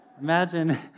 Imagine